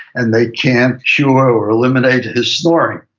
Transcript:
and they can't cure or eliminate his snoring.